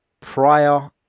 prior